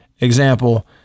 example